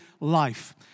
life